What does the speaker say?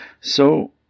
So